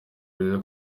rero